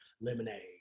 Lemonade